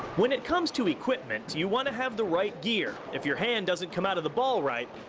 when it comes to equipment you want to have the right gear. if your hand doesn't come out of the ball right,